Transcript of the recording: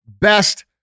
best